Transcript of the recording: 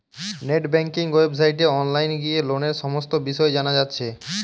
net banking ওয়েবসাইটে online গিয়ে লোনের সমস্ত বিষয় জানা যাচ্ছে